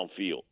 downfield